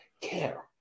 care